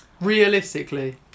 Realistically